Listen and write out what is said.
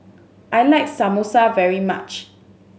I like Samosa very much